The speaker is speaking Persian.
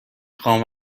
خوام